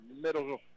middle